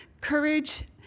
courage